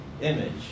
image